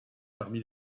parmi